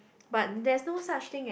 but there's no such thing as